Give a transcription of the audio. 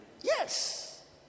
Yes